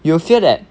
you will feel that